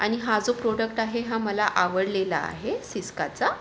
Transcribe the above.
आणि हा जो प्रॉडक्ट आहे हा मला आवडलेला आहे सिस्काचा